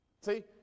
See